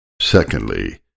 Secondly